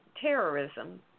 terrorism